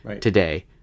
today